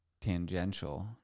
tangential